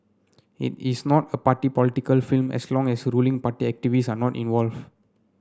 it is not a party political film as long as ruling party activists are not involve